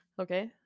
Okay